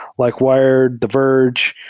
like wired, the verge.